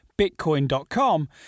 Bitcoin.com